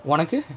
ஒனக்கு:onakku